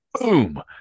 boom